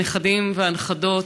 הנכדים והנכדות.